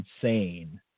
insane